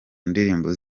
ndirimbo